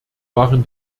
waren